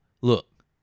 look